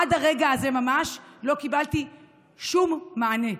עד הרגע הזה ממש לא קיבלתי שום מענה.